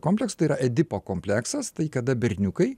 kompleksas yra edipo kompleksas tai kada berniukai